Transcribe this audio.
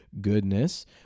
goodness